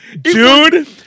Dude